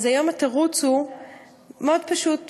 אז כיום התירוץ הוא פשוט מאוד,